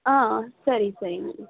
ಹಾಂ ಸರಿ ಸರಿ ಮ್ಯಾಮ್